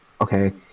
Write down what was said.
okay